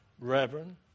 Reverend